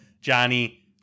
Johnny